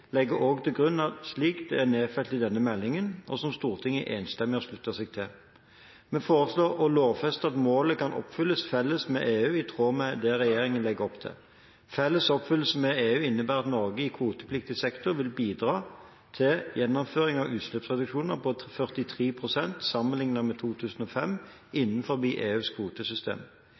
til grunn slik det er nedfelt i denne meldingen, og som Stortinget enstemmig har sluttet seg til. Vi foreslår å lovfeste at målet kan oppfylles felles med EU i tråd med det regjeringen legger opp til. Felles oppfyllelse med EU innebærer at Norge i kvotepliktig sektor vil bidra til gjennomføring av utslippsreduksjoner på 43 pst. sammenlignet med 2005 innenfor EUs kvotesystem.